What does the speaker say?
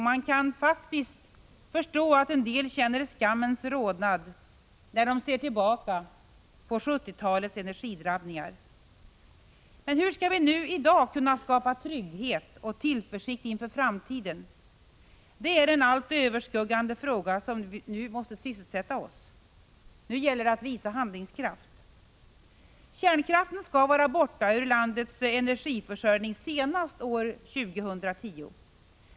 Man kan faktiskt förstå att en del känner skammens rodnad när de ser tillbaka på 1970-talets energidrabbningar. Men hur skall vi i dag kunna skapa trygghet och tillförsikt inför framtiden? Det är den allt överskuggande fråga som nu måste sysselsätta oss. Nu gäller det att visa handlingskraft. Kärnkraften skall vara borta ur vårt lands energiförsörjning senast år 2010.